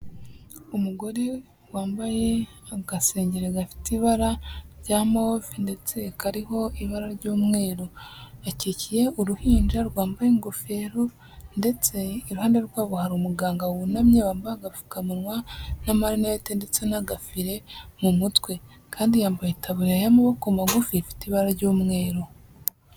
Umugore wambaye agasengeri gafite ibara rya move ndetse kariho ibara ry'umweru. Akikiye uruhinja rwambaye ingofero ndetse iruhande rwabo, hari umuganga wunamye, wambaye agapfukamuwa n'amarinete ndetse n'agafire mu mutwe kandi yambaye itaburiya y'amaboko magufi ifite ibara ry'umweru.